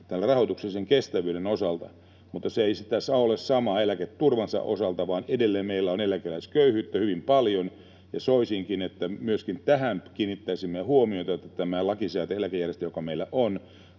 rahoituksellisen kestävyyden osalta, mutta se ei ole sama eläketurvan osalta, vaan edelleen meillä on eläkeläisköyhyyttä hyvin paljon. Soisinkin, että myöskin tähän kiinnittäisimme huomiota, että tämä lakisääteinen eläkejärjestelmä, joka meillä on,